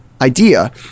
idea